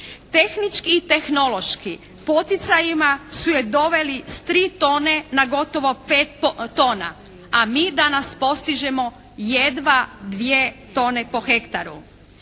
Tehnički i tehnološki poticajima su je doveli s 3 tone na gotovo 5 tona a mi danas postižemo jedva 2 tone po hektaru.